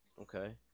Okay